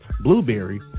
Blueberry